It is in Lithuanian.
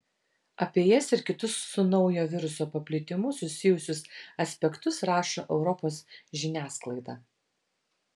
apie jas ir kitus su naujo viruso paplitimu susijusius aspektus rašo europos žiniasklaida